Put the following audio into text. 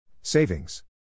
Savings